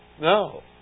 No